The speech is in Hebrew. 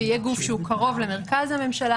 שיהיה גוף שהוא קרוב למרכז הממשלה,